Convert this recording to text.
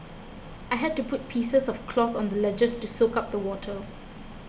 I had to put pieces of cloth on the ledges to soak up the water